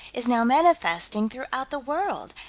is now manifesting throughout the world,